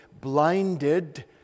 blinded